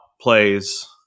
plays